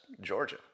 Georgia